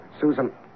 Susan